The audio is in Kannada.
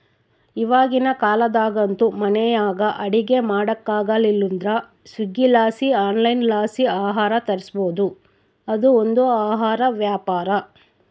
ಇವಾಗಿನ ಕಾಲದಾಗಂತೂ ಮನೆಯಾಗ ಅಡಿಗೆ ಮಾಡಕಾಗಲಿಲ್ಲುದ್ರ ಸ್ವೀಗ್ಗಿಲಾಸಿ ಆನ್ಲೈನ್ಲಾಸಿ ಆಹಾರ ತರಿಸ್ಬೋದು, ಅದು ಒಂದು ಆಹಾರ ವ್ಯಾಪಾರ